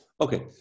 Okay